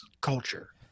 culture